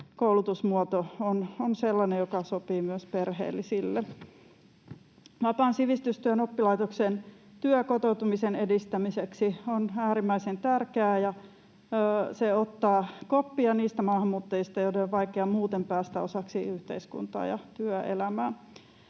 koulutusmuoto on sellainen, joka sopii myös perheellisille. Vapaan sivistystyön oppilaitoksien työ kotoutumisen edistämiseksi on äärimmäisen tärkeää, ja se ottaa koppia niistä maahanmuuttajista, joiden on vaikea muuten päästä osaksi yhteiskuntaa ja työelämää.